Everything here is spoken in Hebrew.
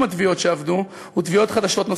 התביעות שאבדו ותביעות חדשות נוספות.